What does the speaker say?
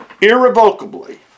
irrevocably